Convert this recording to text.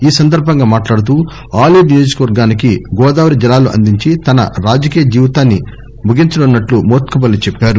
ఈ సందర్బంగా మాట్లాడుతూ ఆలేరు నియోజకవర్గానికి గోదావరి జలాలు అందించి తన రాజకీయ జీవితాన్ని ముగించనున్నట్లు మోత్కుపల్లి చెప్పారు